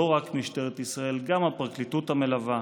לא רק משטרת ישראל, גם הפרקליטות המלווה,